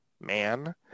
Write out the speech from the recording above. man